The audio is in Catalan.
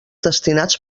destinats